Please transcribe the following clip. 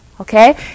okay